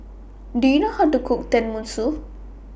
Do YOU know How to Cook Tenmusu